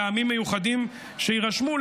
מטעמים מיוחדים שיירשמו,